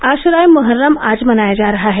आश्रा ए मोहर्रम आज मनाया जा रहा है